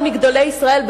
כמה מגדולי ישראל,